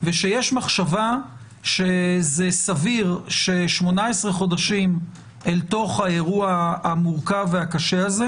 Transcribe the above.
ושיש מחשבה שזה סביר ש-18 חודשים אל תוך האירוע המורכב והקשה הזה,